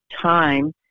time